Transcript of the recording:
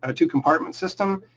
ah two compartment system.